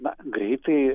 na greitai